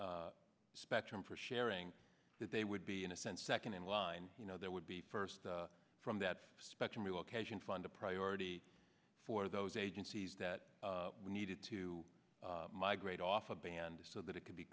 up spectrum for sharing that they would be in a sense second in line you know there would be first from that spectrum relocation fund a priority for those agencies that needed to migrate off a band so that it c